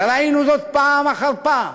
וראינו זאת פעם אחר פעם,